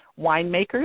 winemakers